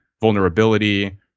vulnerability